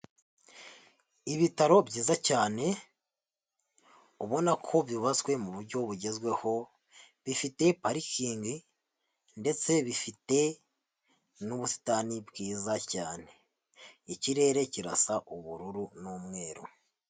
Ibitaro byiza cyane ubona ko byubatswe mu buryo bugezweho, bifite parikingi ndetse bifite n'ubusitani bwiza cyane. Ikirere kirasa ubururu n'umweru.